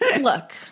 Look